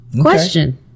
Question